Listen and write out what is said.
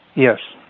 yes.